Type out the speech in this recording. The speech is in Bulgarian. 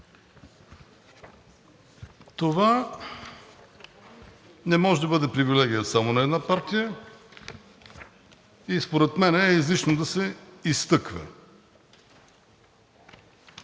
Това не може да бъде привилегия само на една партия и според мен е излишно да се изтъква.